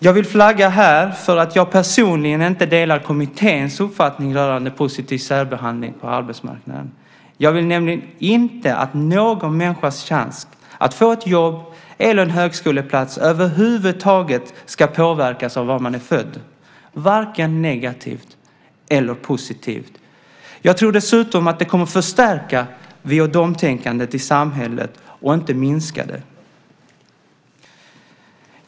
Jag vill här flagga för att jag personligen inte delar kommitténs uppfattning rörande positiv särbehandling på arbetsmarknaden. Jag vill nämligen inte att någon människas chans att få ett jobb eller en högskoleplats över huvud taget ska påverkas av var man är född, varken negativt eller positivt. Jag tror dessutom att det kommer att förstärka vi-och-de-tänkandet i samhället och inte minska det.